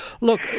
Look